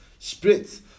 spritz